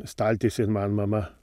staltiesėn man mama